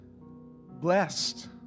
Blessed